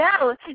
No